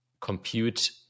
compute